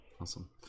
awesome